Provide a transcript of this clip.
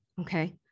Okay